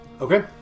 Okay